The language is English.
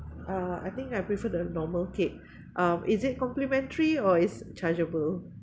uh I think I prefer the normal cake um is it complimentary or is chargeable